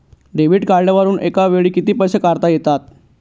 Debit कार्डवरुन एका वेळी किती पैसे काढता येतात?